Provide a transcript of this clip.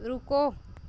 रुको